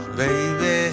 baby